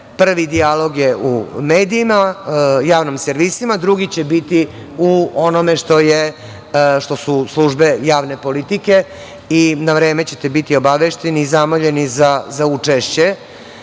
Prvi dijalog je u medijima, javnim servisima. Drugi će biti u onome što su službe javne politike i na vreme ćete biti obavešteni i zamoljeni za učešće